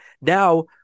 now